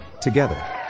together